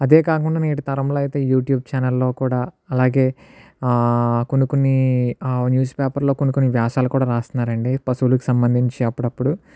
అదే కాకుండా నేటి తరంలో అయితే యూట్యూబ్ ఛానల్లో కూడా అలాగే కొన్ని కొన్ని న్యూస్ పేపర్లో కొన్ని కొన్ని వ్యాసాలు కూడా రాస్తున్నారు అండి పశువులకు సంబంధించి అప్పుడప్పుడు